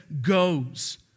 goes